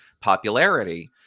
popularity